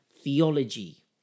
theology